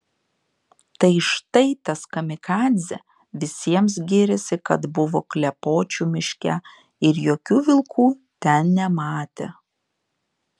tai štai tas kamikadzė visiems gyrėsi kad buvo klepočių miške ir jokių vilkų ten nematė